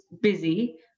busy